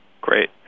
Great